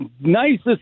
nicest